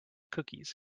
cookies